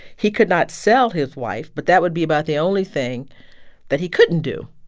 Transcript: he could not sell his wife, but that would be about the only thing that he couldn't do.